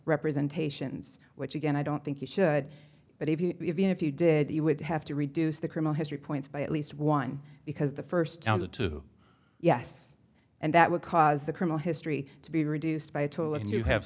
representations which again i don't think you should but if you even if you did you would have to reduce the criminal history points by at least one because the first tell the two yes and that would cause the criminal history to be reduced by two and you have